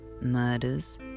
murders